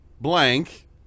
blank